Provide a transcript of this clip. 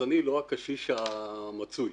אני לא הקשיש המצוי.